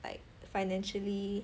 like financially